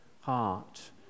heart